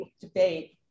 debate